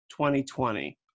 2020